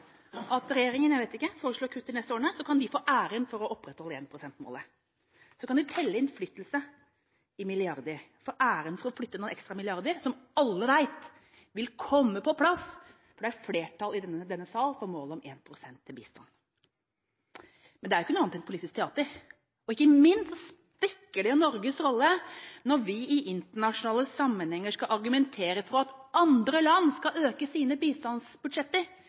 at regjeringa foreslår kutt de neste årene, så kan de få æren for å opprettholde énprosentmålet. Så kan de telle innflytelse i milliarder, få æren for å flytte på noen ekstra milliarder som alle vet vil komme på plass, for det er flertall i denne sal for målet om 1 pst. til bistand. Men det er jo ikke noe annet enn politisk teater, og ikke minst svekker det Norges rolle når vi i internasjonale sammenhenger skal argumentere for at andre land skal øke sine